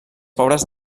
pobres